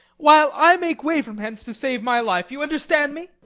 while i make way from hence to save my life. you understand me?